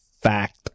Fact